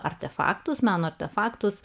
artefaktus meno artefaktus